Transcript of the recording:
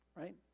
right